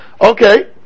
Okay